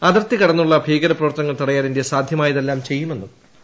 അതിർത്തി കടന്നുള്ള ഭീകര പ്രവർത്തനങ്ങൾ തടയാൻ ഇന്ത്യ സാധ്യമായതെല്ലാം ചെയ്യുമെന്നും വി